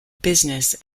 business